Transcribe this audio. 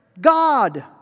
God